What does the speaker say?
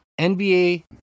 NBA